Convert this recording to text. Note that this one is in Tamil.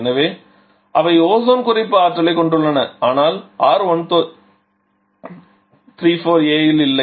எனவே அவை ஓசோன் குறைப்பு ஆற்றலைக் கொண்டுள்ளன ஆனால் R134a இல் இல்லை